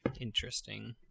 Interesting